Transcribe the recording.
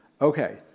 Okay